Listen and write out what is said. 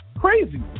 crazy